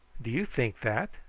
do you think that?